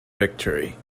victory